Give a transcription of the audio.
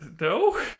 No